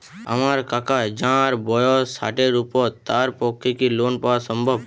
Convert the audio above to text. আমার কাকা যাঁর বয়স ষাটের উপর তাঁর পক্ষে কি লোন পাওয়া সম্ভব?